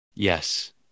Yes